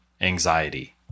anxiety